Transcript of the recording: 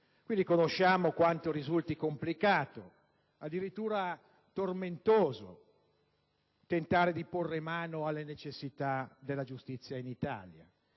cittadini. Sappiamo quanto risulti complicato e addirittura tormentoso tentare di porre mano alle necessità della giustizia in Italia.